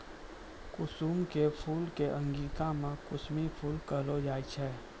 कुसुम के फूल कॅ अंगिका मॅ कुसमी फूल कहलो जाय छै